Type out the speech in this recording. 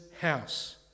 house